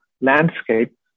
landscape